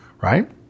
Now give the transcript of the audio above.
right